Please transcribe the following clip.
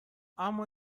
اما